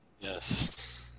Yes